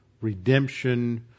redemption